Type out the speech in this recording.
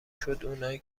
شد، اونایی